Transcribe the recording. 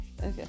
Okay